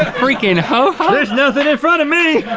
ah freakin' ho-hos? there's nothing in front of me!